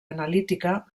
analítica